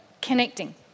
connecting